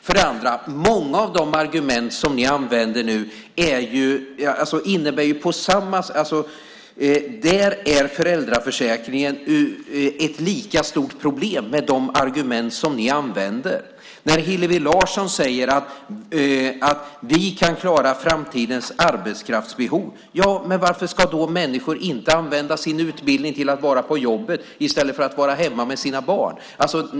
För det andra är föräldraförsäkringen ett lika stort problem med de argument ni använder. När Hillevi Larsson säger att vi kan klara framtidens arbetskraftsbehov, varför ska då inte människor använda sin utbildning till att vara på jobbet i stället för att vara hemma med sina barn?